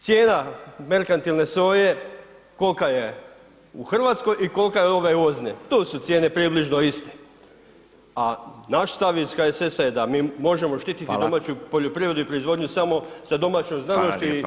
Cijena merkantilne soje, kolika je u Hrvatskoj i kolika je ove uvozne, tu su cijene približno iste, a naš stav iz HSS-a je da mi možemo štiti domaću poljoprivredu i proizvodnju samo sa domaćom znanosti [[Upadica: Hvala lijepa.]] i čistim tlom.